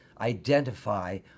identify